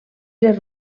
les